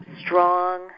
strong